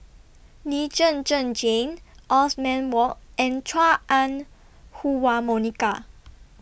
Lee Zhen Zhen Jane Othman Wok and Chua Ah Huwa Monica